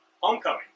Homecoming